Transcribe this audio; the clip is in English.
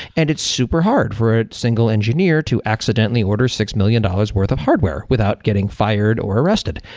and it's super hard for a single engineer to accidentally order six million dollars worth of hardware without getting fired or arrested.